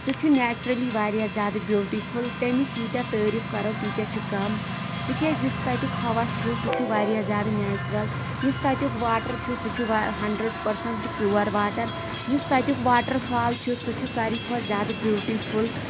سُہ چھُ نٮ۪چرٕلی واریاہ زیادٕ بیوٗٹِفُل تٔمِکۍ ییٖتیاہ تعریٖف کَرَو تیٖتاہ چھِ کَم تِکیٛازِ یُس تَتیُک ہوا چھُ سُہ چھُ واریاہ زیادٕ نٮ۪چرَل یُس تَتیُکھ واٹَر چھُ سُہ چھُ ہیٚنڈرڈ پٔرسَنٛٹ پِوَر واٹَر یُس تَتیُکھ واٹَر فال چھُ سُہ چھُ سارِوی کھۄتہٕ زیادٕ بیوٹِیٖفُل